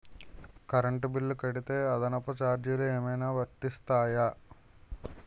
Current bill కడితే అదనపు ఛార్జీలు ఏమైనా వర్తిస్తాయా?